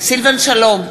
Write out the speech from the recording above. סילבן שלום,